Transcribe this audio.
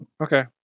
Okay